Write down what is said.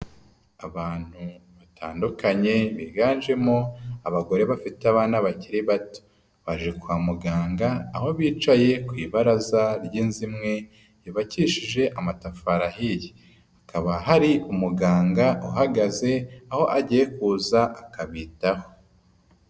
Abantu batandukanye biganjemo abagore bafite abana bakiri bato. Baje kwa muganga aho bicaye ku ibaraza ry'inzu imwe yubakishije amatafari ahiye. Hakaba hari umuganga uhagaze aho agiye kuza akabitaho.